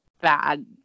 bad